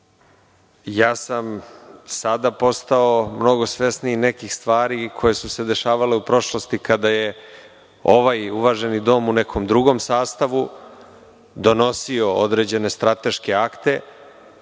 ja sam sada postao mnogo svesniji nekih stvari koje su se dešavale u prošlosti kada je ovaj uvaženi dom u nekom drugom sastavu donosio određene strateške akte,